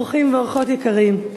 אורחים ואורחות יקרים,